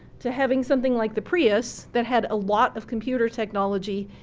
to having something like the prius that had a lot of computer technology.